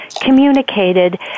communicated